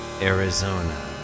Arizona